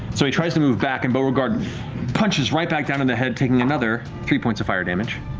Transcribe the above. so he tries to move back, and beauregard punches right back down in the head, taking another three points of fire damage.